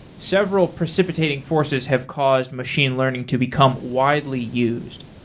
several precipitating forces have caused machine learning to become widely used,